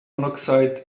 monoxide